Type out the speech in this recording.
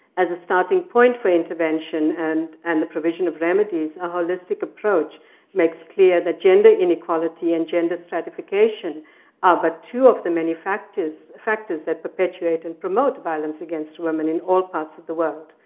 as a starting point for intervention and and the provision of remedies, a holistic approach makes clear that gender inequality and gender stratification are but two of the many factors factors that perpetuate and promote violence against women in all parts of the world.